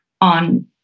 on